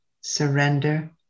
surrender